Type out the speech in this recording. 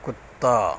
کتا